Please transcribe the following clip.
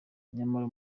nyamara